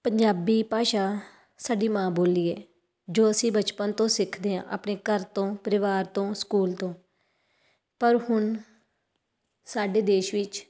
ਪੰਜਾਬੀ ਭਾਸ਼ਾ ਸਾਡੀ ਮਾਂ ਬੋਲੀ ਹੈ ਜੋ ਅਸੀਂ ਬਚਪਨ ਤੋਂ ਸਿੱਖਦੇ ਹਾਂ ਆਪਣੇ ਘਰ ਤੋਂ ਪਰਿਵਾਰ ਤੋਂ ਸਕੂਲ ਤੋਂ ਪਰ ਹੁਣ ਸਾਡੇ ਦੇਸ਼ ਵਿੱਚ